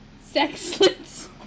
sexless